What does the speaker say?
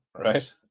Right